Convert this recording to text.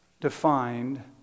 defined